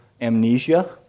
amnesia